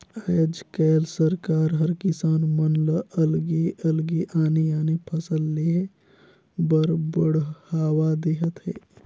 आयज कायल सरकार हर किसान मन ल अलगे अलगे आने आने फसल लेह बर बड़हावा देहत हे